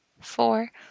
four